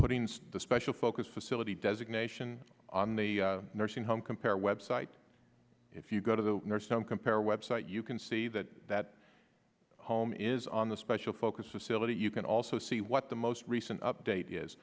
putting the special focus facility designation on the nursing home compare website if you go to the nurse some compare web site you can see that that home is on the special focus of cillit you can also see what the most recent update is